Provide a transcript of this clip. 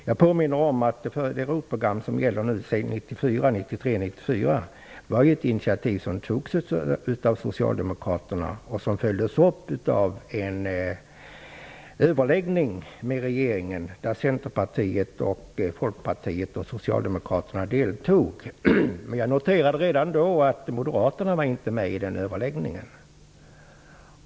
Jag vill påminna om att ROT-programmet för 1993/94 var ett initiativ som togs av socialdemokraterna och som följdes upp av en överläggning med regeringen. I den deltog Socialdemokraterna, men jag noterade redan då att Moderaterna inte var med då.